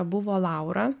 buvo laura